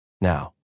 now